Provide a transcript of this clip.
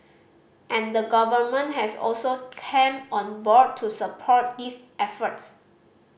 and the Government has also came on board to support these efforts